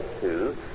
Two